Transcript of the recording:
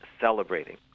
celebrating